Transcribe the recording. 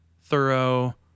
thorough